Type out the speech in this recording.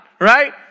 right